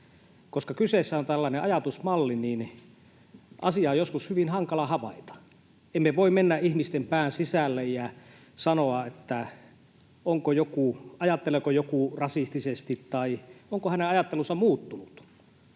Koska kyseessä on tällainen ajatusmalli, niin asiaa on joskus hyvin hankala havaita. Emme voi mennä ihmisten pään sisälle ja sanoa, ajatteleeko joku rasistisesti tai onko hänen ajattelunsa muuttunut.